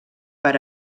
per